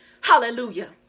Hallelujah